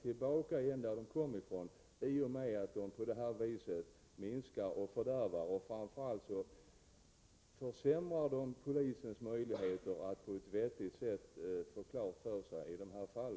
I annat fall borde man få resa tillbaka till det land som man kommer ifrån, eftersom man försämrar polisens möjligheter att på ett vettigt sätt klara ut dessa fall.